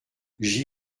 j’y